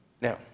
Now